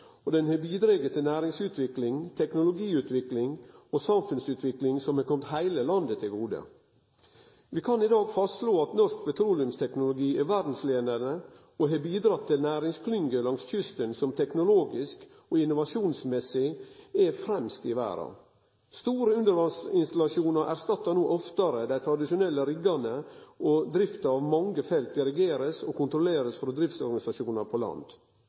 og bidrege til næringsutvikling, teknologiutvikling og samfunnsutvikling som har kome heile landet til gode. Vi kan i dag slå fast at norsk petroleumsteknologi er verdsleiande og har bidrege til næringsklyngjer langs kysten som teknologisk og innovasjonsmessig er fremst i verda. Store undervassinstallasjonar erstattar no oftare dei tradisjonelle riggane, og drifta av mange felt blir dirigerte og kontrollerte frå driftsorganisasjonar på land.